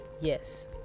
yes